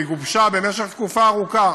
שהרפורמה הזאת גובשה במשך תקופה ארוכה.